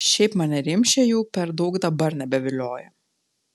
šiaip mane rimšė jau per daug dabar nebevilioja